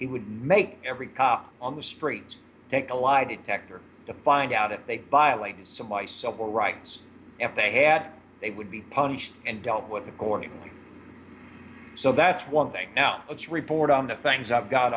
it would make every cop on the street take a lie detector to find out that they violated some my civil rights if they had they would be punished and dealt with accordingly so that's one thing that's report on the things i've got